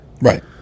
Right